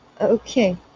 Okay